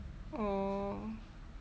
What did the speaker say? oh